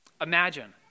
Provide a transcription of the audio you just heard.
Imagine